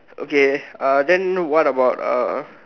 okay uh then what about uh